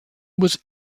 was